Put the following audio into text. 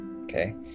Okay